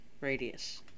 radius